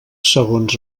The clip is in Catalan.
segons